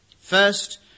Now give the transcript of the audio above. First